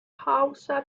hausa